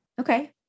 Okay